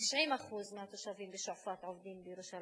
90% מהתושבים בשועפאט עובדים בירושלים,